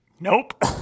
Nope